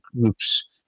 groups